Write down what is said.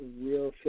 real